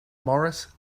moris